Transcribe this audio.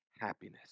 happiness